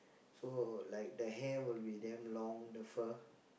so like the hair will be damn long the fur